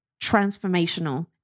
transformational